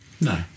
No